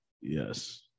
yes